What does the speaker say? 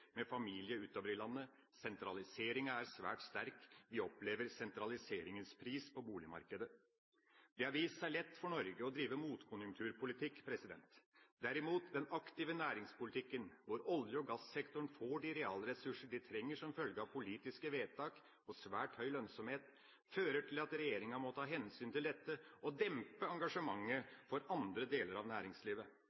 med familie utover i landet. Sentraliseringa er svært sterk. Vi opplever sentraliseringas pris på boligmarkedet. Det har vist seg lett for Norge å drive motkonjunkturpolitikk. Den aktive næringspolitikken derimot – hvor olje- og gassektoren får de realressursene de trenger som følge av politiske vedtak og svært høy lønnsomhet – fører til at regjeringa må ta hensyn til dette og dempe engasjementet